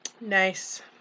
Nice